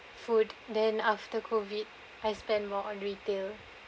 food then after COVID I spend more on retail